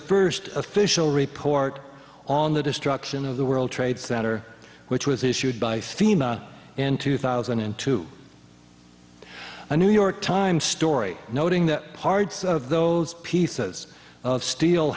first official report on the destruction of the world trade center which was issued by fema in two thousand and two a new york times story noting that parts of those pieces of steel